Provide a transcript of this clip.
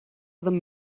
them